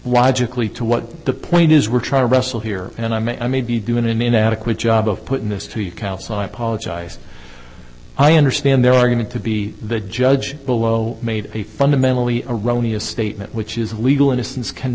to what the point is we're trying to wrestle here and i may i may be doing an inadequate job of putting this to you so i apologize i understand their argument to be the judge below made a fundamentally erroneous statement which is legal innocence